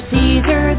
Caesar